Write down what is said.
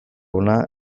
ona